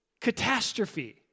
catastrophe